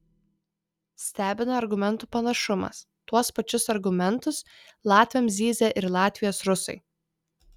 stebina argumentų panašumas tuos pačius argumentus latviams zyzia ir latvijos rusai